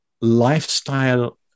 lifestyle